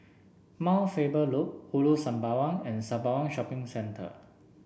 Mount Faber Loop Ulu Sembawang and Sembawang Shopping Centre